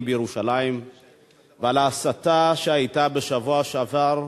בירושלים ועל ההסתה שהיתה בשבוע שעבר,